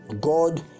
God